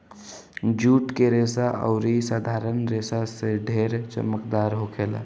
जुट के रेसा अउरी साधारण रेसा से ढेर चमकदार होखेला